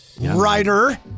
writer